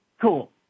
Cool